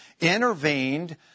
intervened